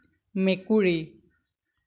মেকুৰী